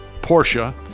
Porsche